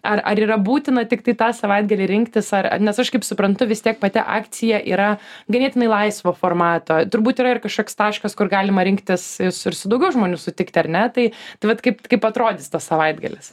ar ar yra būtina tiktai tą savaitgalį rinktis ar ar nes aš kaip suprantu vis tiek pati akcija yra ganėtinai laisvo formato turbūt yra ir kažkoks taškas kur galima rinktis su ir su daugiau žmonių sutikti ar ne tai tai vat kaip kaip atrodys tas savaitgalis